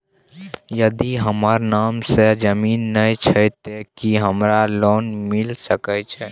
यदि हमर नाम से ज़मीन नय छै ते की हमरा लोन मिल सके छै?